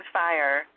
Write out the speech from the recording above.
fire